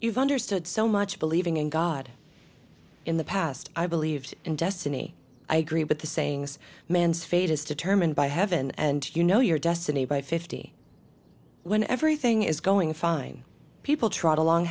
you've understood so much believing in god in the past i believed in destiny i agree with the sayings man's fate is determined by heaven and you know your destiny by fifty when everything is going fine people tr